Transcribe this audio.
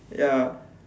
ya